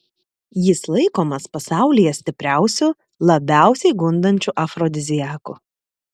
jis laikomas pasaulyje stipriausiu labiausiai gundančiu afrodiziaku